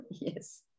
yes